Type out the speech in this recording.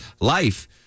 life